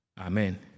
Amen